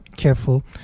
Careful